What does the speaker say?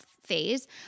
phase